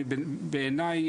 בעיניי,